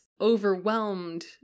overwhelmed